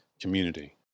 community